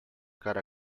cara